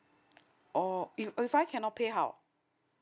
oh if if I cannot payout